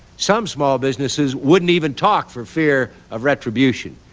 some small businesses wouldn't even talk for fear of retribution.